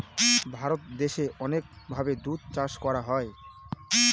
ভারত দেশে অনেক ভাবে দুধ চাষ করা হয়